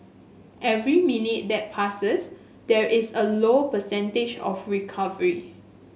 every minute that passes there is a lower percentage of recovery